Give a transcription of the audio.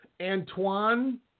Antoine